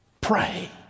pray